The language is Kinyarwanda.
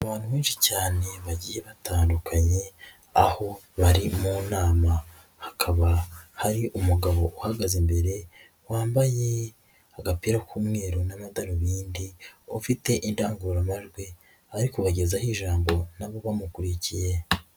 Abantu benshi cyane bagiye batandukanye, aho bari mu nama hakaba hari umugabo uhagaze imbere, wambaye agapira k'umweru n'amadarubindi, ufite indangurumajwi, ari kubagezaho ijambo nabo bamukurikiye.